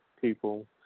people